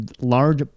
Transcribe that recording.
large